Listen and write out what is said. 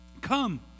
Come